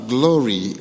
glory